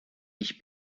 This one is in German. ich